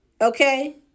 Okay